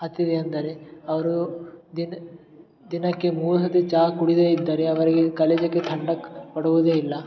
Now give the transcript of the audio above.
ಹತ್ತಿದೆ ಅಂದರೆ ಅವರು ದಿನ ದಿನಕ್ಕೆ ಮೂರು ಸತಿ ಚಹಾ ಕುಡಿದೇ ಇದ್ದರೆ ಅವರಿಗೆ ಕಲಿಜಕೆ ತಂಡಕ್ಕೆ ಪಡುವುದೇ ಇಲ್ಲ